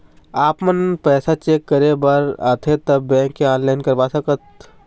आपमन पैसा चेक करे बार आथे ता बैंक या ऑनलाइन करवा सकत?